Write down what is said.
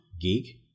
geek